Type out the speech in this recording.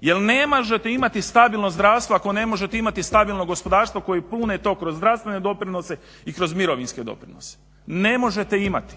jer ne možete imati stabilno zdravstvo ako ne možete imati stabilno gospodarstvo koji pune to kroz zdravstvene doprinose i kroz mirovinske doprinose. Ne možete imati,